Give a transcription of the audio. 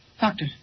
Doctor